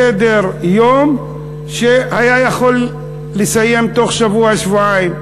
סדר-יום שהיה יכול להסתיים בתוך שבוע-שבועיים,